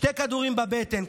שני כדורים בבטן,